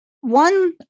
one